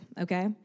okay